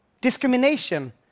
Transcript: Discrimination